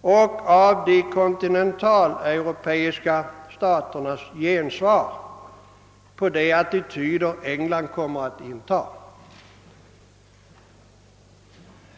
och av de kontinentaleuropeiska staternas gensvar på de attityder England kommer att intaga.